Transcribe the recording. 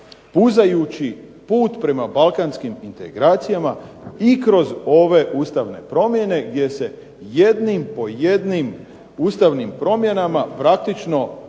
puzajući put prema Balkanskim integracijama i kroz ove Ustavne promjene gdje se jednim po jednim Ustavnim promjenama praktično